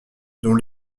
dont